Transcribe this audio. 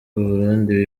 burundi